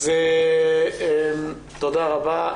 תודה רבה.